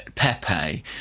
Pepe